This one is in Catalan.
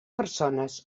persones